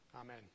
Amen